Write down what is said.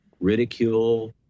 Ridicule